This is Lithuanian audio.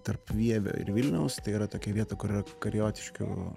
tarp vievio ir vilniaus tai yra tokia vieta kur yra kariotiškių